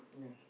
yeah